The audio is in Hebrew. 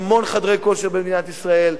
יש המון חדרי כושר במדינת ישראל,